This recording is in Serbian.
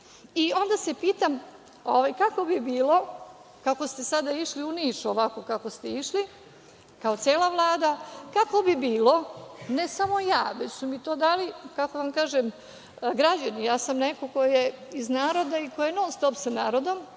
itd. Onda se pitam kako bi bilo, kako ste sada išli u Niš, ovako kako ste išli, kao cela Vlada, kako bi bilo, ne samo ja, već su mi to dali građani, ja sam neko ko je iz naroda i ko je non-stop sa narodom,